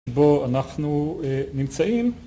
בו אנחנו נמצאים